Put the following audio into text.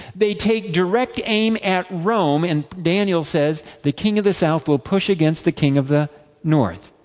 they take direct aim at rome, and daniel says, the king of the south will push against the king of the north.